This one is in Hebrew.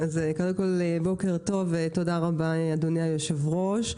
בוקר טוב, ותודה רבה, אדוני היושב-ראש.